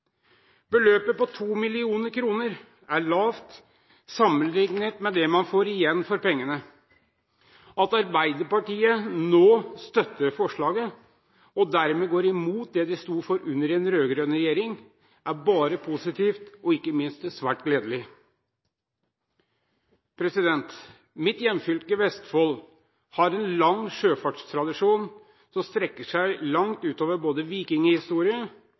Beløpet på 2 mill. kr er lavt sammenlignet med det man får igjen for pengene. At Arbeiderpartiet nå støtter forslaget og dermed går imot det de sto for under den rød-grønne regjeringen, er bare positivt og ikke minst svært gledelig. Mitt hjemfylke Vestfold har en sjøfartstradisjon som strekker seg langt tilbake, og som omfatter både